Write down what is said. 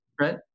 right